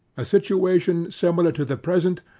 a situation, similar to the present,